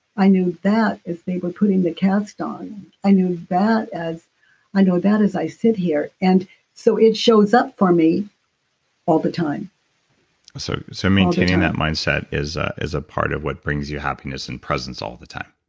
i knew that as they were putting the cast on, i knew that as and that as i sit here. and so it shows up for me all the time so so maintaining that mindset is a ah part of what brings you happiness and presence all the time?